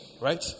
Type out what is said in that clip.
right